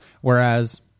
Whereas